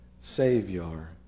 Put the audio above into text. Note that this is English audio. savior